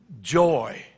Joy